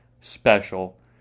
special